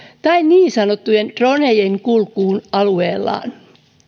tai niin sanottujen dronejen kulkuun alueellaan